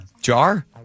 jar